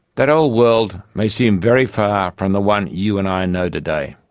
that old world may seem very far from the one you and i know today,